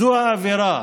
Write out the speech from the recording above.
זו האווירה,